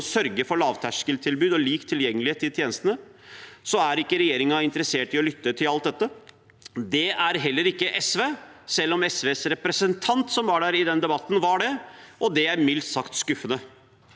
å sørge for lavterskeltilbud og lik tilgjengelighet til tjenestene, så er ikke regjeringen interessert i å lytte til alt dette. Det er heller ikke SV, selv om SVs representant som var der i den debatten, var det, og det er mildt sagt skuffende.